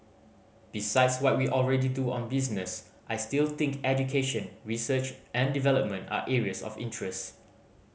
besides what we already do on business I still think education research and development are areas of interest